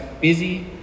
busy